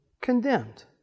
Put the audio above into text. condemned